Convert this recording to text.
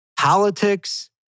politics